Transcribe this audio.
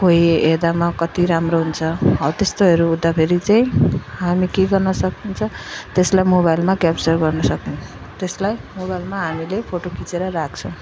कोही हेर्दामा कति राम्रो हुन्छ हौ त्यस्तोहरू हुँदाखेरि चाहिँ हामी के गर्न सकिन्छ त्यसलाई मोबाइलमा क्याप्चर गर्नु सकिन्छ त्यसलाई मोबाइलमा हामीले फोटो खिचेर राख्छौँ